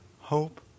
hope